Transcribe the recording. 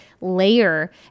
layer